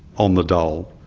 on the dole.